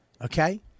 Okay